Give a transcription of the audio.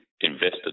invested